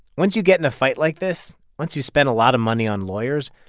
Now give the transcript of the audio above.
once you get in a fight like this, once you spend a lot of money on lawyers,